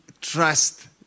trust